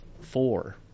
four